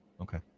Okay